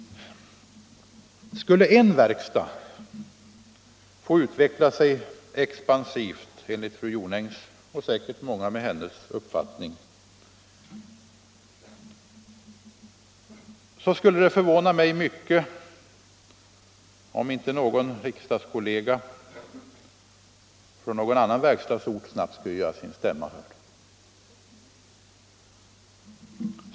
Skulle en viss verkstad få utveckla sig expansivt enligt den uppfattning fru Jonäng och säkert många med henne har skulle det förvåna mig mycket om inte någon riksdagskollega från en annan verkstadsort snabbt gjorde sin stämma hörd.